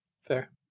Fair